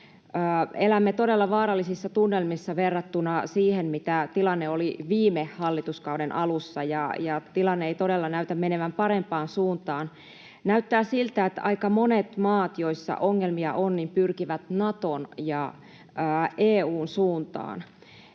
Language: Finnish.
Elämme todella vaarallisissa tunnelmissa verrattuna siihen, mitä tilanne oli viime hallituskauden alussa, ja tilanne ei todella näytä menevän parempaan suuntaan. Näyttää siltä, että aika monet maat, joissa ongelmia on, pyrkivät Naton ja EU:n suuntaan.